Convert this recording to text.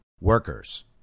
workers